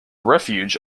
refuge